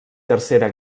tercera